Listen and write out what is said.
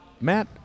Matt